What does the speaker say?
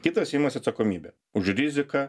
kitas imasi atsakomybę už riziką